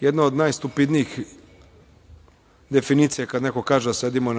jedna od najstupidnijih definicija je kad neko kaže da sedimo